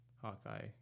Hawkeye